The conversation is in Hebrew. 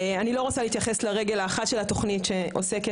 אני לא רוצה להתייחס לרגל האחת של התוכנית שעוסקת